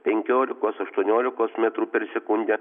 penkiolikos aštuoniolikos metrų per sekundę